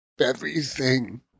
everything